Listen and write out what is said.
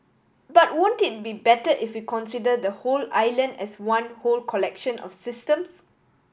but won't it be better if we consider the whole island as one whole collection of systems